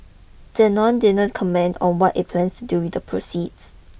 Danone didn't comment on what it plans to do with the proceeds